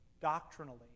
doctrinally